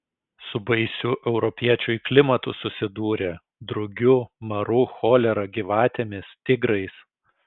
su baisiu europiečiui klimatu susidūrė drugiu maru cholera gyvatėmis tigrais